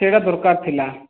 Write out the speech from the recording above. ସେଇଟା ଦରକାର ଥିଲା